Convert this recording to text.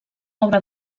obra